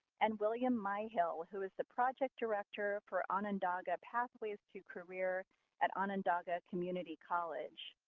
and william myhill, who is the project director for onondaga pathways to careers at onondaga community college.